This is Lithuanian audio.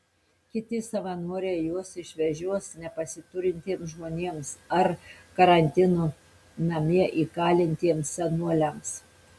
kiti savanoriai juos išvežios nepasiturintiems žmonėms ar karantino namie įkalintiems senoliams